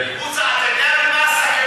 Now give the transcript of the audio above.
הוא צריך לתת, אתה יודע, אבל, מה הסכנה?